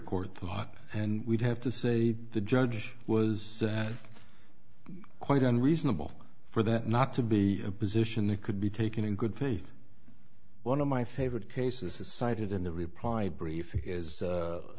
thought and would have to say the judge was quite unreasonable for that not to be a position that could be taken in good faith one of my favorite cases cited in the reply brief is